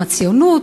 עם הציונות,